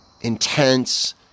intense